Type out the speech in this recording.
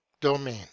domain